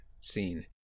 scene